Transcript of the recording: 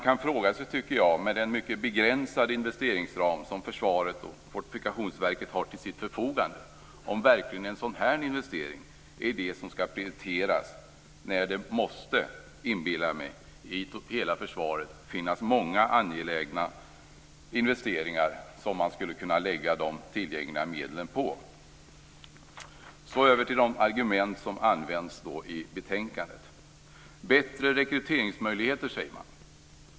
Utifrån den mycket begränsade investeringsram som försvaret och Fortifikationsverket har till sitt förfogande tycker jag att man kan fråga sig om en sådan här investering verkligen är det som skall prioriteras när det i hela försvaret, inbillar jag mig, måste finnas många angelägna investeringar som man skulle kunna lägga de tillgängliga medlen på. Jag går så över till de argument som används i betänkandet. Bättre rekryteringsmöjligheter, säger man.